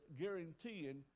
guaranteeing